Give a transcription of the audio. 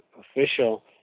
official